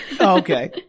Okay